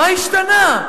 מה השתנה?